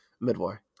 mid-war